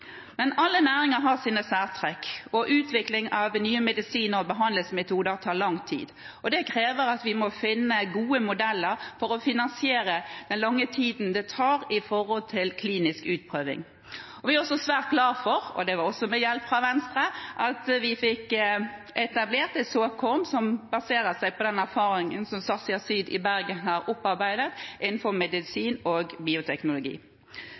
Men alle næringer har sine særtrekk, og utvikling av nye medisiner og behandlingsmetoder tar lang tid. Det krever at vi må finne gode modeller for å finansiere den lange tiden det tar med tanke på klinisk utprøving. Vi er også svært glad for – det var også med hjelp fra Venstre – at vi fikk etablert et såkorn som baserer seg på den erfaringen som Sarsia Seed i Bergen har opparbeidet innenfor medisin og bioteknologi.